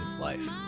life